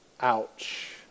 Ouch